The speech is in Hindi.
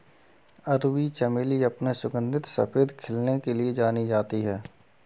अरबी चमेली अपने सुगंधित सफेद खिलने के लिए जानी जाती है